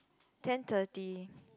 ten thirty